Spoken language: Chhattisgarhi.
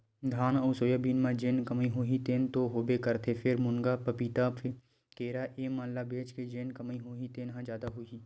धान अउ सोयाबीन म जेन कमई होही तेन तो होबे करथे फेर, मुनगा, पपीता, केरा ए मन ल बेच के जेन कमई होही तेन ह जादा होही